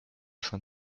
schon